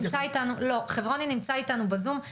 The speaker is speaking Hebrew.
חברוני נמצא איתנו בזום,